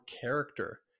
character